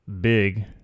big